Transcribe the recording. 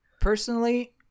Personally